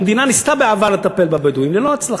המדינה ניסתה בעבר לטפל בבדואים, ללא הצלחה.